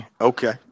okay